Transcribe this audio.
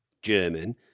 German